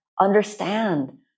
understand